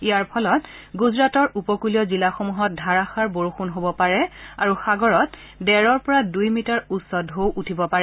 ইয়াৰ ফলত গুজৰাটৰ উপকূলীয় জিলাসমূহত ধাৰাযাৰ বৰষুণ হব পাৰে আৰু সাগৰত ডেৰৰ পৰা দুই মিটাৰ উচ্চ টৌ উঠিব পাৰে